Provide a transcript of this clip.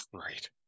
Right